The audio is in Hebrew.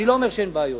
אני לא אומר שאין בעיות.